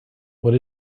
what